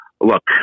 look